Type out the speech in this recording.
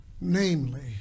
namely